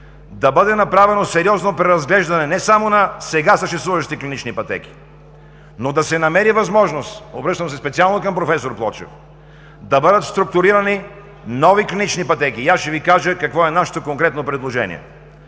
да бъде направено сериозно преразглеждане не само на сега съществуващите клинични пътеки, но да се намери възможност – обръщам се специално към професор Плочев, да бъдат структурирани нови клинични пътеки, и аз ще Ви кажа какво е нашето конкретно предложение.